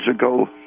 ago